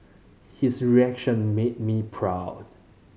his reaction made me proud